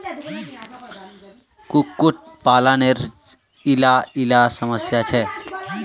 कुक्कुट पालानेर इला इला समस्या छे